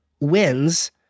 wins